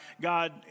God